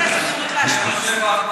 אתה לא תפספס הזדמנות להשמיץ.